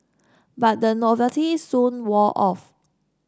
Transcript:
but the novelty soon wore off